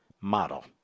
model